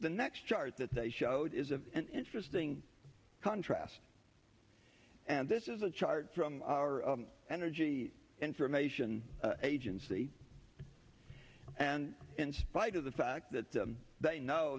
the next chart that they showed is an interesting contrast and this is a chart from our energy information agency and in spite of the fact that they know